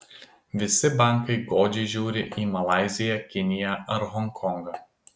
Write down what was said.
visi bankai godžiai žiūri į malaiziją kiniją ar honkongą